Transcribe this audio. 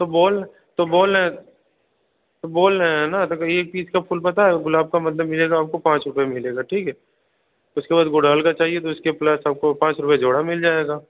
तो बोल तो बोल रहें तो बोल रहे है ना देखो एक पीस का फूल बताए गुलाब का मतलब मिलेगा पाँच रूपये में मिलेगा ठीक है उसके बाद गुड़हल का चाहिए तो इसके प्लस आपको पाँच रुपये जोड़ा मिल जाएगा